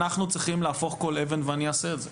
אנחנו צריכים להפוך כל אבן, ואני אעשה את זה.